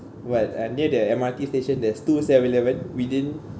[what] and near the M_R_T station there's two seven eleven within